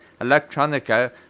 electronica